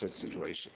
situation